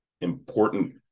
important